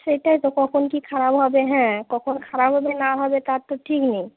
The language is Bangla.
সেটাই তো কখন কী খারাপ হবে হ্যাঁ কখন খারাপ হবে না হবে তার তো ঠিক নেই